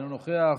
אינו נוכח,